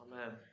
amen